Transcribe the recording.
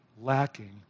lacking